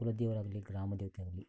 ಕುಲದೇವರಾಗಲಿ ಗ್ರಾಮ ದೇವತೆಯಾಗಲಿ